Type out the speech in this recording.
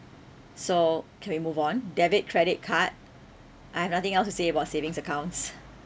so can we move on debit credit card I've nothing else to say about savings accounts